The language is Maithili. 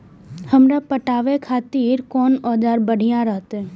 हमरा पटावे खातिर कोन औजार बढ़िया रहते?